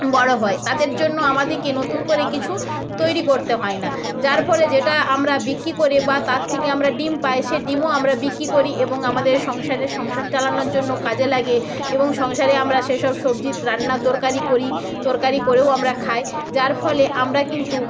বড়ো হয় তাদের জন্য আমাদেকে নতুন করে কিছু তৈরি করতে হয় না যার ফলে যেটা আমরা বিক্রি করে বা তার থেকে আমরা ডিম পাই সেই ডিমও আমরা বিক্রি করি এবং আমাদের সংসারে সংসার চালানোর জন্য কাজে লাগে এবং সংসারে আমরা সেসব সবজি রান্না তরকারি করি তরকারি করেও আমরা খাই যার ফলে আমরা কিন্তু